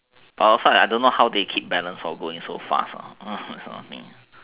but outside I don't know how they keep balance for going so fast this kind of thing